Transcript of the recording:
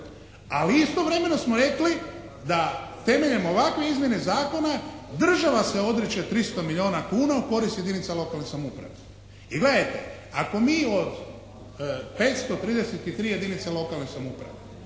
Ali istovremeno smo rekli da temeljem ovakve izmjene zakona država se odriče 300 milijuna kuna u korist jedinica lokalne samouprave. Jer gledajte, ako mi od 533 jedinice lokalne samouprave